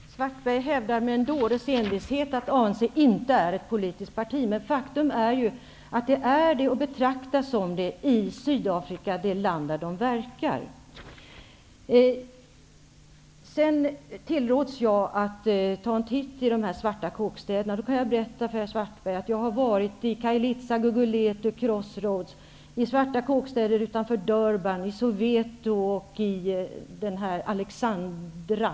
Herr talman! Karl-Erik Svartberg hävdar med en dåres envishet att ANC inte är ett politiskt parti. Faktum är ju att det betraktas som ett politiskt parti i Sydafrika -- det land där det verkar. Jag tilläts att ta en titt i de svarta kåkstäderna. Jag kan berätta för herr Svartberg att jag har varit i Kajlitza, Guguleto, Crossroads, i svarta kåkstäder utanför Durban, i Soweto och i Alexandra.